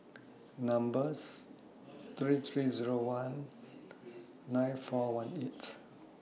number's three three Zero one nine four one eight